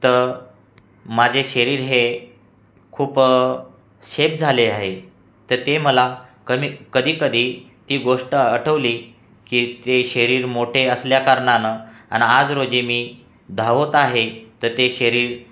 तर माझे शरीर हे खूप शेत झाले आहे तर ते मला कमी कधीकधी ती गोष्ट आठवली की ते शरीर मोठे असल्याकारणानं अन् आज रोजी मी धावत आहे तर ते शरीर